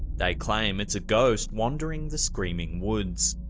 they claim it's a ghost wandering the screaming woods.